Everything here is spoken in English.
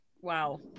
Wow